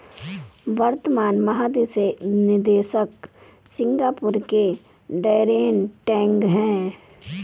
वर्तमान महानिदेशक सिंगापुर के डैरेन टैंग हैं